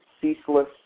ceaseless